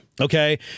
Okay